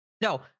No